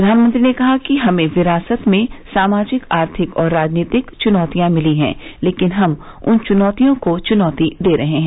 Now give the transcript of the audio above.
प्रधानमंत्री ने कहा कि हमे विरासत में सामाजिक आर्थिक और राजनीतिक च्नौतियां मिली हैं लेकिन हम उन चुनौतियों को चुनौती दे रहे हैं